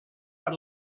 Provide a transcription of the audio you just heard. per